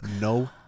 no